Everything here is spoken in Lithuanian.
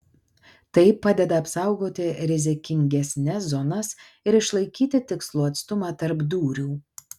tai padeda apsaugoti rizikingesnes zonas ir išlaikyti tikslų atstumą tarp dūrių